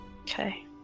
Okay